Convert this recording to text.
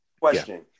question